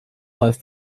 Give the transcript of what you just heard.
heißt